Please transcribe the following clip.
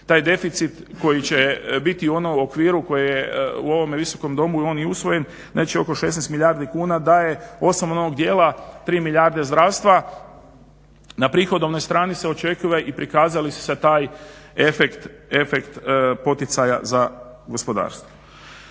taj deficit koji će biti u okviru koji je u ovome Visokom domu on i usvojen oko 16 milijardi kuna da je osim onog dijela 3 milijarde zdravstva. Na prihodovnoj strani se očekuje i prikazali su taj efekt poticaja za gospodarstvo.